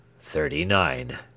Thirty-nine